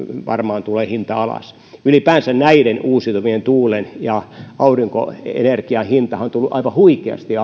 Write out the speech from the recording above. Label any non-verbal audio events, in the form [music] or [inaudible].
varmaan tulee alas ylipäänsähän näiden uusiutuvien tuulen ja aurinkoenergian hinta on tullut aivan huikeasti [unintelligible]